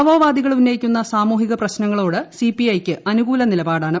മാവോവാഭിക്ൿ ഉന്നയിക്കുന്ന സാമൂഹിക പ്രശ്നങ്ങളോട് സി പി ഐക്ക് അനൂകൂല നിലപാടാണ്